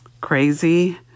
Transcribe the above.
crazy